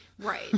Right